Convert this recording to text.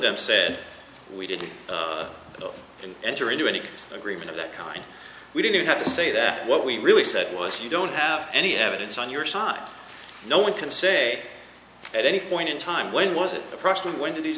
them said we didn't enter into any agreement of that kind we didn't have to say that what we really said was you don't have any evidence on your side no one can say at any point in time when was it the person when did these